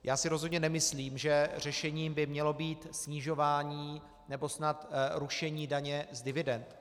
Já si rozhodně nemyslím, že řešením by mělo být snižování nebo snad rušení daně z dividend.